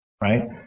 right